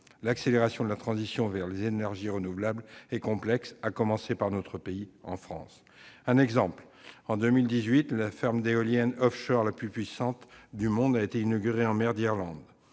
L'accélération de la transition vers les énergies renouvelables est complexe, notamment en France. Par exemple, en 2018, la ferme d'éoliennes offshore la plus puissante du monde a été inaugurée en mer d'Irlande.